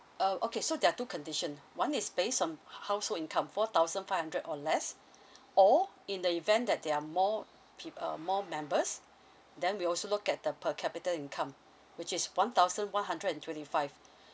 um okay so there are two condition one is based on hou~ household income four thousand five hundred or less or in the event that there are more peop~ uh more members then we also look at the per capita income which is one thousand one hundred and twenty five